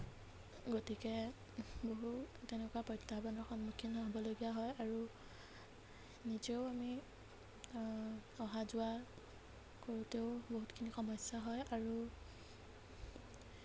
গতিয়ে বহু তেনেকুৱা প্ৰত্যাহ্বানৰ সন্মুখীন হ'বলগীয়া হয় আৰু নিজেও আমি অহা যোৱা কৰোতেও বহুতখিনি সমস্যা হয় আৰু